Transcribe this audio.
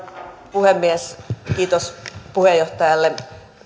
puhemies kiitos puheenjohtajalle